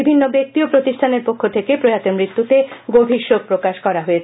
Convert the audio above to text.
বিভিন্ন ব্যক্তি ও প্রতিষ্ঠানের পক্ষ থেকে প্রয়াতের মৃত্যুতে গভীর শোকপ্রকাশ করা হয়েছে